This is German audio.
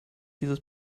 dieses